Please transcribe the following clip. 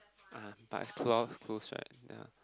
(uh huh) but it's twelve close right ya